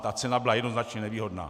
Ta cena byla jednoznačně nevýhodná.